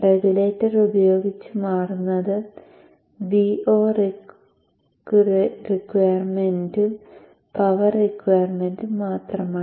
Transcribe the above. regulator ഉപയോഗിച്ച് മാറുന്നത് Vo റിക്യുർമെന്റും പവർ റിക്യുർമെന്റും മാത്രമാണ്